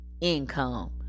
income